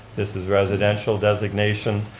this is residential designation,